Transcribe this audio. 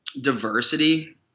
diversity